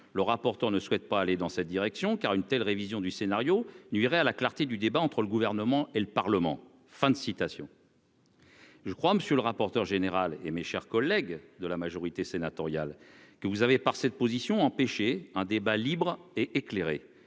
le rapporteur ne souhaite pas aller dans cette direction car une telle révision du scénario nuirait à la clarté du débat entre le gouvernement et le Parlement, fin de citation. Je crois, monsieur le rapporteur général et mes chers collègues de la majorité sénatoriale que vous avez, par cette position, empêcher un débat libre et éclairé